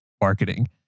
marketing